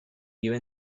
vive